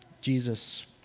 Jesus